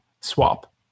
swap